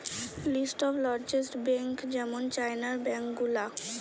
list of largest bank যেমন চাইনার bank গুলা